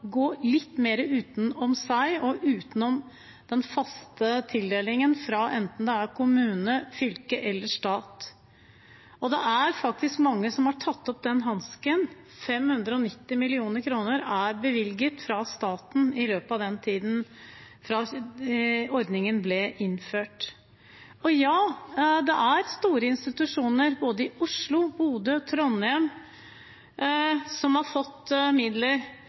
gå litt mer utenom seg og utenom den faste tildelingen, enten det er fra kommune, fylke eller stat. Det er faktisk mange som har tatt opp den hansken. 590 mill. kr er bevilget fra staten i løpet av denne tiden fra ordningen ble innført. Det er store institusjoner i både Oslo, Bodø og Trondheim som har fått midler.